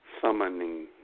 summoning